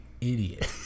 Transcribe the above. idiot